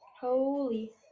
Holy